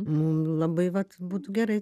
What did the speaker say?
mum labai vat būtų gerai